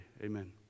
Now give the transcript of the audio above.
amen